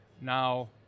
now